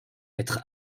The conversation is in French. être